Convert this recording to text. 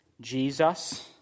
Jesus